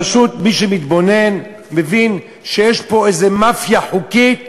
פשוט מי שמתבונן מבין שיש פה איזו מאפיה חוקית